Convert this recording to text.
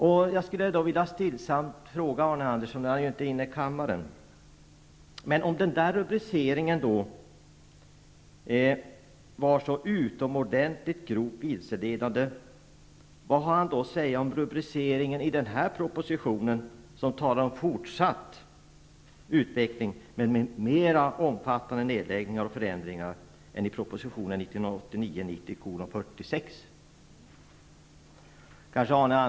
Nu är Arne Andersson inte inne i kammaren, men jag skulle helt stillsamt vilja fråga honom: Om rubriceringen då var så utomordentligt grovt vilseledande, vad har Arne Andersson då att säga om rubriceringen av den nu aktuella propositionen, som talar om en fortsatt utveckling, när det i själva verket handlar om mera omfattande nedläggningar och förändringar än i proposition 1989/90:46?